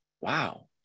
Wow